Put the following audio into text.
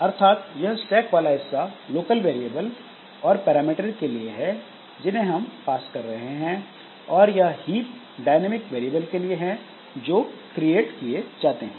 अर्थात यह स्टैक वाला हिस्सा लोकल वेरिएबल और पैरामीटर के लिए है जिन्हें हम पास कर रहे हैं और यह हीप डायनेमिक वेरिएबल के लिए हैं जो क्रिएट किए जाते हैं